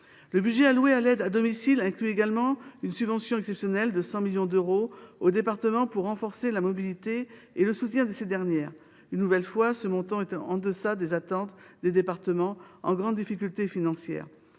Le budget alloué à l’aide à domicile inclut également une subvention exceptionnelle de 100 millions d’euros aux départements. Il s’agit de renforcer la mobilité et le soutien des personnels du secteur. Une nouvelle fois, ce montant est en deçà des attentes des départements, qui connaissent de grandes difficultés financières.